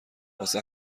واسه